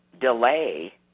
delay